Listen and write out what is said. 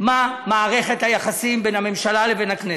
מה מערכת היחסים בין הממשלה לבין הכנסת,